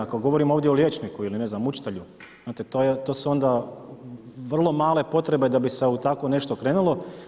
Ako govorimo ovdje o liječniku ili ne znam učitelju, znate to su onda vrlo male potrebe da bi se u tako nešto krenulo.